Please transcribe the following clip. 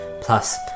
plus